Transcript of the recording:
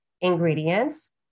ingredients